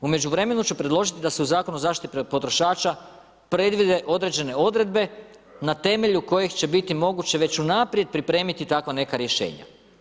U međuvremenu ću predložiti da se u Zakon o zaštiti potrošača predvide određene odredbe na temelju kojih će biti moguće već unaprijed pripremiti takva neka rješenja.